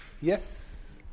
Yes